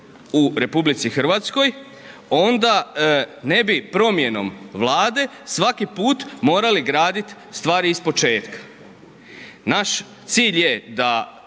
u Republici Hrvatskoj onda ne bi promjenom Vlade svaki put morali gradit stvari ispočetka. Naš cilj je da